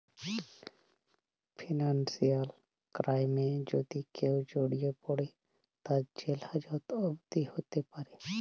financial ক্রাইমে যদি কেউ জড়িয়ে পরে, তার জেল হাজত অবদি হ্যতে প্যরে